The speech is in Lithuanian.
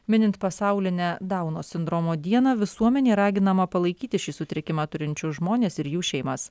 minint pasaulinę dauno sindromo dieną visuomenė raginama palaikyti šį sutrikimą turinčius žmones ir jų šeimas